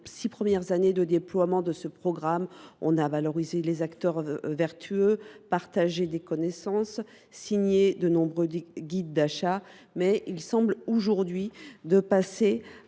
six premières années de déploiement de ce programme, on a valorisé les acteurs vertueux, partagé des connaissances, signé de nombreux guides d’achat. Il semble aujourd’hui pertinent